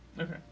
Okay